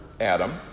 Adam